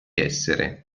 essere